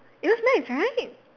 it was nice right